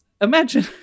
Imagine